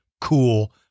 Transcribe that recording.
cool